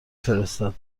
فرستاد